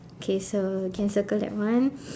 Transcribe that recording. okay so can circle that one